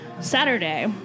Saturday